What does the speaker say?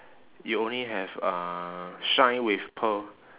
you only have uh shine with pearl